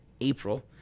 April